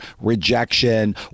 rejection